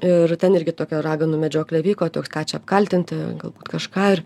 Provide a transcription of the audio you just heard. ir ten irgi tokia raganų medžioklė vyko toks ką čia apkaltinti galbūt kažką ir